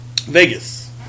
Vegas